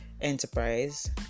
enterprise